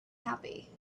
happy